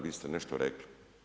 Vi ste nešto rekli.